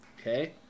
Okay